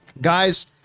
Guys